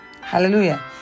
Hallelujah